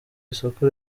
isoko